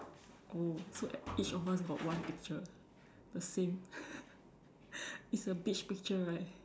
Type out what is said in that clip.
oh so each of us got one picture the same it's a beach picture right